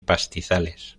pastizales